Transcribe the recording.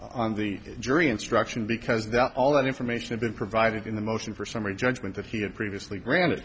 on the jury instruction because that all that information been provided in the motion for summary judgment that he had previously granted